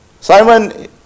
Simon